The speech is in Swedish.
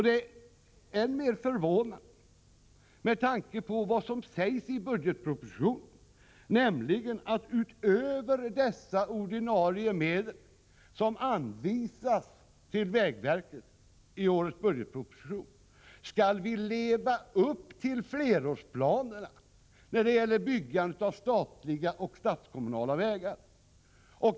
Detta är än mer förvånande med tanke på vad som sägs i årets budgetproposition, nämligen att utöver dessa ordinarie medel, som anvisas till vägverket i budgetpropositionen, skall vi leva upp till flerårsplanerna när det gäller byggande av statliga och statskommunala vägar.